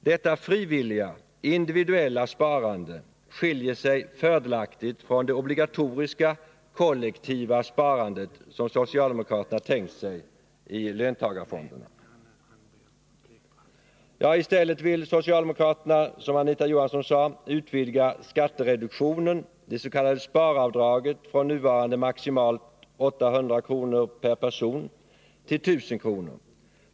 Detta frivilliga individuella sparande skiljer sig fördelaktigt från det obligatoriska kollektiva sparande som socialdemokraterna tänkt sig i löntagarfonden. I stället vill socialdemokraterna, som Anita Johansson sade, utvidga skattereduktionen, det s.k. sparavdraget, från f. n. maximalt 800 kr. per person till 1 000 kr.